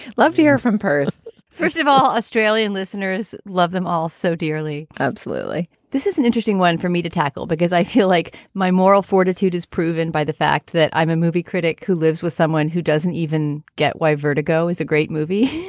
love to hear from perth first of all, australian listeners love them all so dearly. absolutely. this is an interesting one for me to tackle because i feel like my moral fortitude is proven by the fact that i'm a movie critic who lives with someone who doesn't even get why vertigo is a great movie